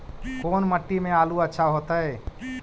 कोन मट्टी में आलु अच्छा होतै?